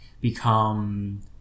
become